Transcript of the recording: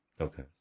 Okay